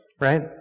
right